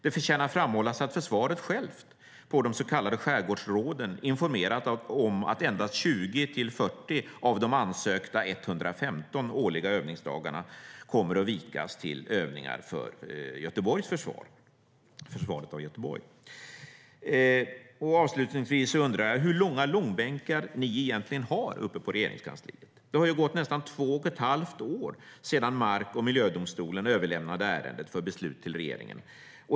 Det förtjänar att framhållas att försvaret självt på de så kallade skärgårdsråden har informerat om att endast 20-40 av de ansökta 115 årliga övningsdagarna kommer att vikas till övningar för försvaret av Göteborg. Avslutningsvis undrar jag: Hur långa långbänkar vill ni egentligen ha uppe på Regeringskansliet? Det har ju gått nästan två och ett halvt år sedan mark och miljödomstolen överlämnade ärendet för beslut till regeringen.